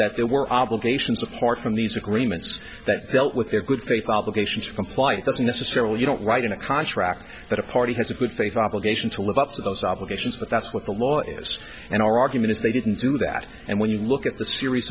that there were obligations apart from these agreements that dealt with a good location to comply it doesn't necessarily you don't write in a contract that a party has a good faith obligation to live up to those obligations but that's what the law is and our argument is they didn't do that and when you look at the series